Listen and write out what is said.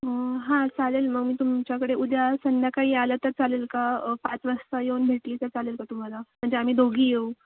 हां चालेल मग मी तुमच्याकडे उद्या संध्याकाळी आलं तर चालेल का पाच वाजता येऊन भेटले तर चालेल का तुम्हाला म्हणजे आम्ही दोघी येऊ